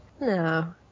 No